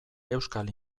euskal